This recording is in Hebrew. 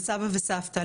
לסבא וסבתא,